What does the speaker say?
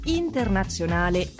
internazionale